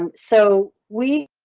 um so we